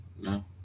No